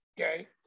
Okay